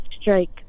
strike